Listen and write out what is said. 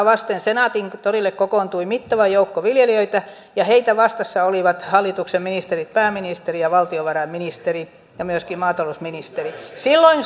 vasten senaatintorille kokoontui mittava joukko viljelijöitä ja heitä vastassa olivat hallituksen ministerit pääministeri ja valtiovarainministeri ja myöskin maatalousministeri silloin